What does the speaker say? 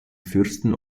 fürsten